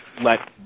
let